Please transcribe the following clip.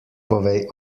povej